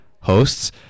hosts